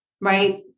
right